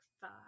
five